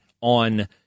on